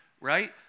right